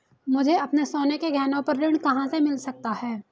मुझे अपने सोने के गहनों पर ऋण कहां से मिल सकता है?